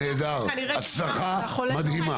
נהדר, הצלחה מדהימה.